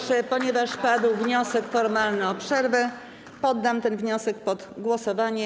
Proszę, ponieważ padł wniosek formalny o przerwę, poddam ten wniosek pod głosowanie.